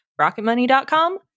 Rocketmoney.com